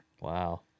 Wow